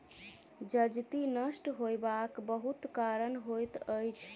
जजति नष्ट होयबाक बहुत कारण होइत अछि